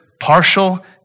Partial